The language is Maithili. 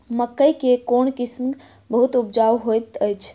मकई केँ कोण किसिम बहुत उपजाउ होए तऽ अछि?